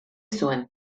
zuen